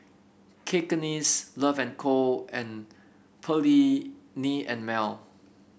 Cakenis Love and Co and Perllini and Mel